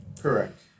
Correct